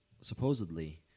supposedly